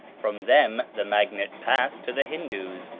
from them the magnet passed to the hindoos,